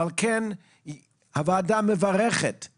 על כן הוועדה מברכת את